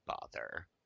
bother